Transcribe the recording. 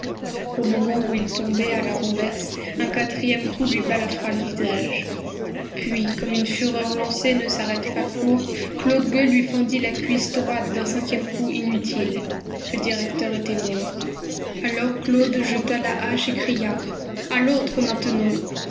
au moment où il tombait à la renverse un quatrième coup lui balafra le visage puis comme une fureur lancée ne s'arrête pas court claude gueux lui fendit la cuisse droite d'un cinquième coup inutile le directeur était mort alors claude jeta la hache et cria à l'autre maintenant